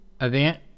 event